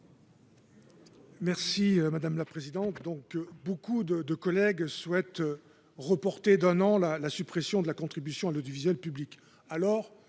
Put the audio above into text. sur l'article. Beaucoup de nos collègues souhaitent reporter d'un an la suppression de la contribution à l'audiovisuel public